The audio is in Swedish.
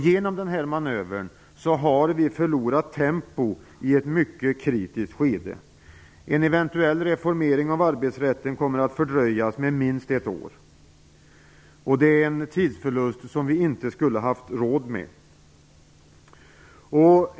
Genom denna manöver har vi förlorat tempo i ett mycket kritiskt skede. En eventuell reformering av arbetsrätten kommer att fördröjas med minst ett år. Det är en tidsförlust som vi egentligen inte har råd med.